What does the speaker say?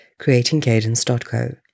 creatingcadence.co